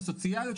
הסוציאליות,